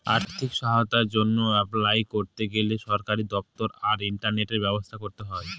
আর্থিক সহায়তার জন্য অ্যাপলাই করতে গেলে সরকারি দপ্তর আর ইন্টারনেটের ব্যবস্থা করতে হয়